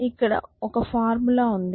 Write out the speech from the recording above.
ఇక్కడ ఒక ఫార్ములా ఉంది